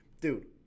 Dude